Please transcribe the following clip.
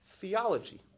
theology